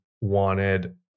wanted